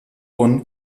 bonn